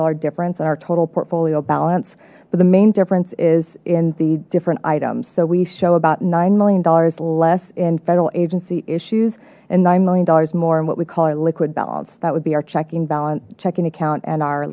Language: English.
dollar difference in our total portfolio balance but the main difference is in the different items so we show about nine million dollars less in federal agency issues and nine million dollars more and what we call it liquid balance that would be our checking balance checking account and our